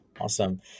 Awesome